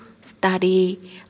study